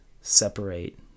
separate